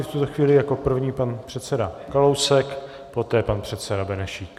V tuto chvíli jako první pan předseda Kalousek, poté pan předseda Benešík.